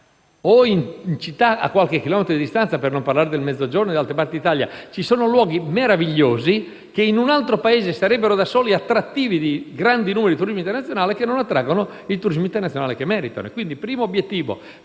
o in città a qualche chilometro di distanza, per non parlare del Mezzogiorno e di altre parti d'Italia, ci sono luoghi meravigliosi che in un altro Paese sarebbero da soli in grado d'attrarre turismo internazionale e che non sono valorizzati come meritano.